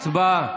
הצבעה